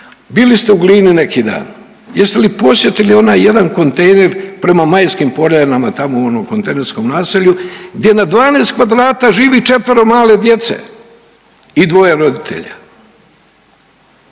Bili ste u Glini neki dan, jeste li posjetili onaj jedan kontejner prema Majskim Poljanama tamo u onom kontejnerskom naselju gdje na 12 kvadrata živi četvero male djece i dvoje roditelja?